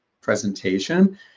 presentation